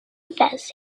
fez